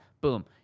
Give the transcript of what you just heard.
boom